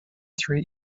three